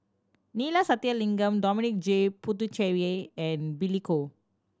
Neila Sathyalingam Dominic J Puthucheary and Billy Koh